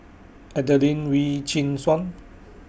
Adelene Wee Chin Suan